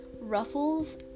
ruffles